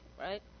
right